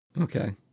Okay